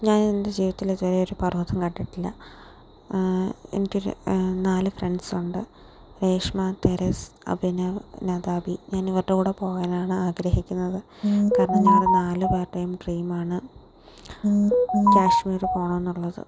ഞാനെന്റെ ജീവിതത്തിൽ ഇതുവരെ ഒരു പർവ്വതം കണ്ടട്ടില്ല എനിക്കൊരു നാല് ഫ്രെണ്ട്സുണ്ട് രേഷ്മ തെരേസ് അഭിനവ് നതാപി ഞാൻ ഇവരുടെ കൂടെ പോകാനാണ് ആഗ്രഹിക്കുന്നത് കാരണം ഞങ്ങളുടെ നാല് പേരുടേയും ഡ്രീമാണ് കാശ്മീർ പോകണം എന്നുള്ളത്